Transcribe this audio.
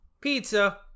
Pizza